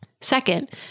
Second